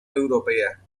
europea